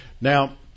Now